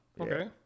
okay